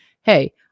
Hey